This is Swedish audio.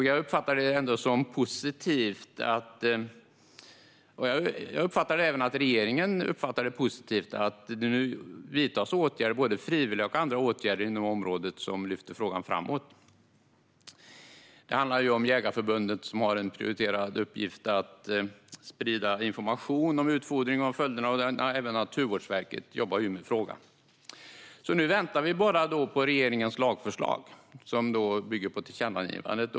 Jag uppfattar - och jag uppfattar att även regeringen gör det - det som positivt att det nu vidtas både frivilliga och andra åtgärder inom området som lyfter frågan framåt. Det handlar ju om Jägareförbundet som har en prioriterad uppgift att sprida information om följderna av utfodring. Även Naturvårdsverket jobbar med frågan. Nu väntar vi bara på regeringens lagförslag som bygger på tillkännagivandet.